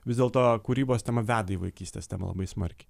vis dėlto kūrybos tema veda į vaikystės temą labai smarkiai